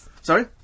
Sorry